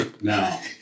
now